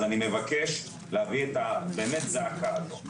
אז אני מבקש להביא את הזעקה האמיתית הזו.